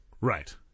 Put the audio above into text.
Right